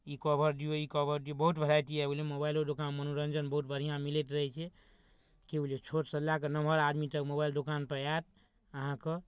ई cover दिऔ ई cover दिऔ बहुत वेराइटी आबि गेलै मोबाइलो दोकान मनोरञ्जन बहुत बढ़िआँ मिलैत रहै छै कि बुझलिए छोटसँ लऽ कऽ नमहर आदमी तक मोबाइल दोकानपर आएल अहाँके